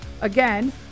Again